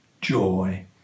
joy